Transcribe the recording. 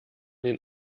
den